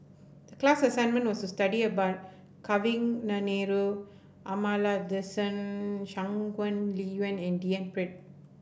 the class assignment was to study about Kavignareru Amallathasan Shangguan Liuyun and D N Pritt